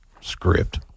Script